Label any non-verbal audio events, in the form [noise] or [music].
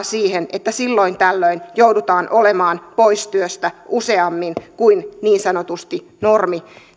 [unintelligible] siihen että silloin tällöin joudutaan olemaan pois työstä useammin kuin niin sanotusti normi